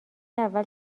اول